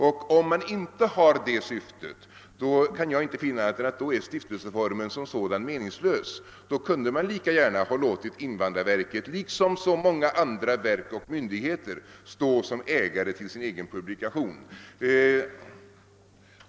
Och om man inte har haft det syftet, så kan jag inte finna annat än att stiftelseformen som sådan är meningslös. Då kunde man lika gärna ha låtit invandrarverket liksom så många andra verk och myndigheter stå som ägare till sin egen publikation.